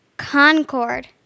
Concord